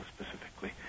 specifically